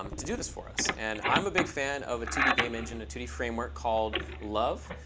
um to do this for us. and i'm a big fan of a two d game engine, a two d framework, called love,